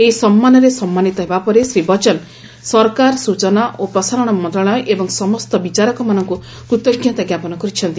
ଏହି ସମ୍ମାନରେ ସମ୍ମାନୀତ ହେବା ପରେ ଶ୍ରୀ ବଚ୍ଚନ ସରକାର ସ୍ଚଚନା ଓ ପ୍ରସାରଣମନ୍ତ୍ରଣାଳୟ ଏବଂ ସମସ୍ତ ବିଚାରକମାନଙ୍କୁ କୃତ୍ଙ୍କତା ଜ୍ଞାପନ କରିଛନ୍ତି